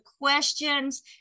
questions